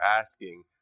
asking